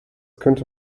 könnte